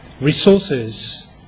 Resources